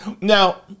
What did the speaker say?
Now